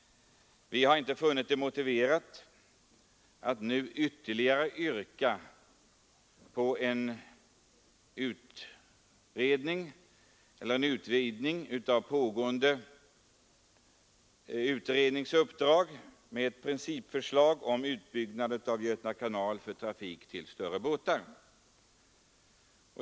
Vi har inte funnit det motiverat att nu ytterligare yrka på en utvidgning av pågående utrednings uppdrag att omfatta ett principförslag om utbyggnad av Göta kanal för trafik med större båtar.